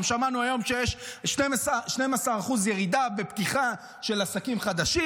שמענו היום שגם יש 12% ירידה בפתיחה של עסקים חדשים.